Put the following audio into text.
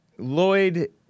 Lloyd